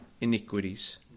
iniquities